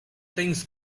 things